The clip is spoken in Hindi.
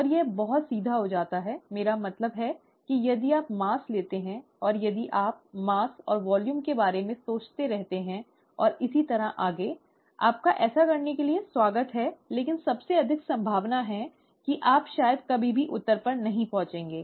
और यह बहुत सीधा हो जाता है मेरा मतलब है कि यदि आप द्रव्यमान लेते हैं और यदि आप द्रव्यमान और आयतन के बारे में सोचते रहते हैं और इसी तरह आगे आपका ऐसा करने के लिए स्वागत हैं लेकिन सबसे अधिक संभावना है कि आप शायद कभी भी उत्तर पर नहीं पहुंचेंगे